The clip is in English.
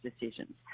decisions